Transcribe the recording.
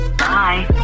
bye